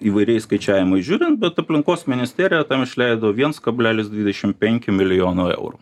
įvairiais skaičiavimais žiūrint bet aplinkos ministerija tam išleido viens kablelis dvidešim penki milijono eurų